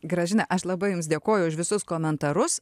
gražina aš labai jums dėkoju už visus komentarus